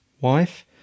wife